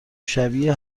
شبیه